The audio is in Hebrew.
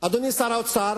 אדוני שר האוצר,